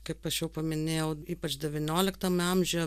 kaip aš jau paminėjau ypač devynioliktam amžiuje